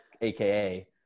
aka